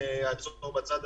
אעצור פה בצד,